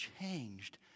changed